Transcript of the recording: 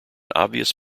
obvious